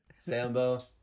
Sambo